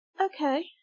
Okay